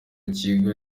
kigo